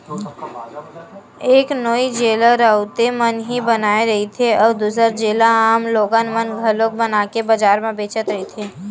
एक नोई जेला राउते मन ही बनाए रहिथे, अउ दूसर जेला आम लोगन मन घलोक बनाके बजार म बेचत रहिथे